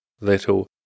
little